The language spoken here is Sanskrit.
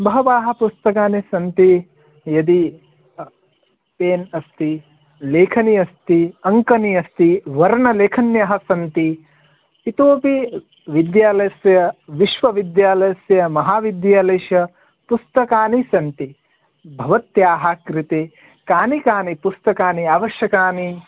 बहवः पुस्तकानि सन्ति यदि पेन् अस्ति लेखनी अस्ति अङ्कनी अस्ति वर्णलेखन्यः सन्ति इतोऽपि विद्यालयस्य विश्वविद्यालयस्य महाविद्यालयस्य पुस्तकानि सन्ति भवत्याः कृते कानि कानि पुस्तकानि आवश्यकानि